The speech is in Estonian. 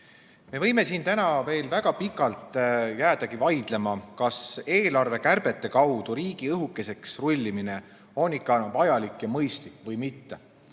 Me võime siin täna veel väga pikalt jäädagi vaidlema, kas eelarvekärbetega riigi õhukeseks rullimine on ikka vajalik ja mõistlik või mitte.